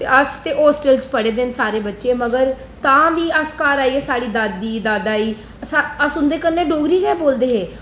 अस ते होस्टल च पढ़े दे न सारे बच्चे मगर तां बी अस घर आइयै साड़ी दादी दादा जी अस उं'दे कनै डोगरी गै बोलदे हेेेेेेेेे